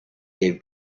gave